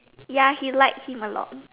ya he like him a lot